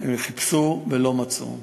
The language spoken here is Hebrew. הם חיפשו ולא מצאו.